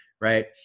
right